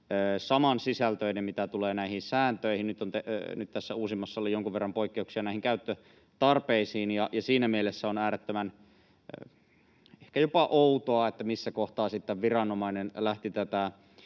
samansisältöinen, mitä tulee näihin sääntöihin — nyt tässä uusimmassa oli jonkun verran poikkeuksia näihin käyttötarpeisiin — ja siinä mielessä on ehkä jopa äärettömän outoa, missä kohtaa sitten viranomainen lähti tätä